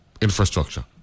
infrastructure